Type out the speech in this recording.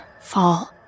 fall